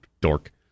Dork